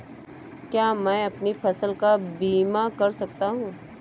क्या मैं अपनी फसल का बीमा कर सकता हूँ?